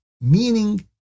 Meaning